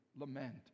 lament